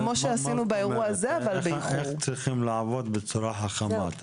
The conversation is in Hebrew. איך צריך לעבוד בצורה חכמה?